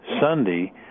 Sunday